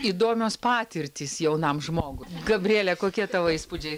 įdomios patirtys jaunam žmogui gabriele kokie tavo įspūdžiai